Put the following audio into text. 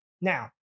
Now